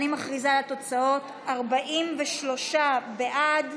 אני מכריזה על התוצאות: 43 בעד,